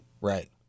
Right